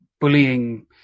bullying